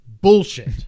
Bullshit